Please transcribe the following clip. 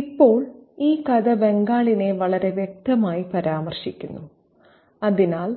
ഇപ്പോൾ ഈ കഥ ബംഗാളിനെ വളരെ വ്യക്തമായി പരാമർശിക്കുന്നു അതിനാൽ